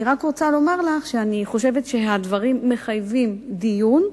אני רק רוצה לומר לך שאני חושבת שהדברים מחייבים דיון,